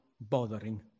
bothering